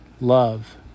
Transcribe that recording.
love